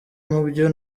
mubyo